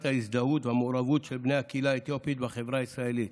ההזדהות והמעורבות של בני הקהילה האתיופית בחברה הישראלית,